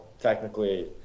technically